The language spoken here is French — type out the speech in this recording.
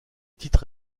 titre